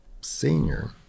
senior